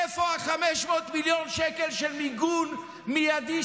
איפה ה-500 מיליון שקל של מיגון מיידי